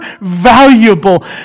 valuable